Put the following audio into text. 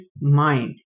mind